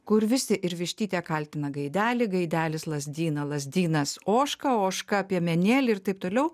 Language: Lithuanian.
kur visi ir vištytė kaltina gaidelį gaidelis lazdyną lazdynas ožką ožka piemenėlį ir taip toliau